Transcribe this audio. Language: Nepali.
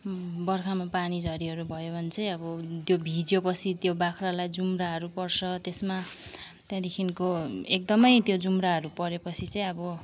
बर्खामा पानी झरीहरू भयो भने चाहिँ अब त्यो भिज्योपछि त्यो बाख्रालाई जुम्राहरू पर्छ त्यसमा त्यहाँदेखिन्को एकदमै त्यो जुम्राहरू परेपछि चाहिँ अब